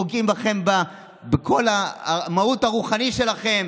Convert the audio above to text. פוגעים לכם בכל המהות הרוחנית שלכם,